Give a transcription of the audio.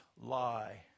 lie